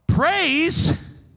Praise